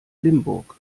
limburg